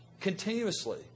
continuously